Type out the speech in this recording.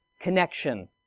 connection